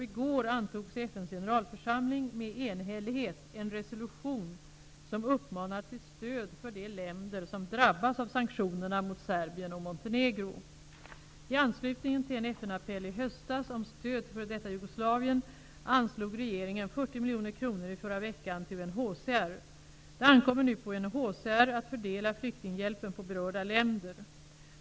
I går antogs i FN:s generalförsamling med enhällighet en resolution som uppmanar till stöd för de länder som drabbas av sanktionerna mot Serbien och Montenegro. I anslutning till en FN-appell i höstas om stöd till f.d. Jugoslavien anslog regeringen 40 miljoner kronor i förra veckan till UNHCR. Det ankommer nu på UNHCR att fördela flyktinghjälpen på berörda länder.